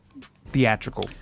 theatrical